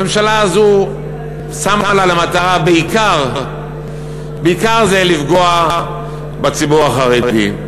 הממשלה הזו שמה לה למטרה בעיקר לפגוע בציבור החרדי.